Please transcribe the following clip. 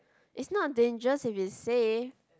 it's not dangerous if it's safe